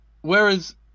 whereas